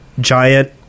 giant